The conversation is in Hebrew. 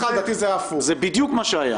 וזה מה שאתה עושה.